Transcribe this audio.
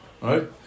right